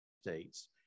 States